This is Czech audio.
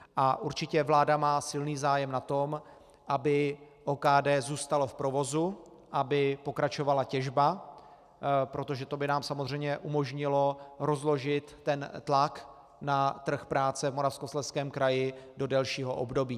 A určitě vláda má silný zájem na tom, aby OKD zůstalo v provozu, aby pokračovala těžba, protože to by nám samozřejmě umožnilo rozložit ten tlak na trh práce v Moravskoslezském kraji do delšího období.